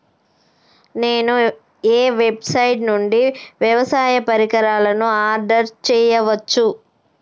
నేను ఏ వెబ్సైట్ నుండి వ్యవసాయ పరికరాలను ఆర్డర్ చేయవచ్చు?